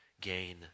gain